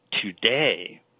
today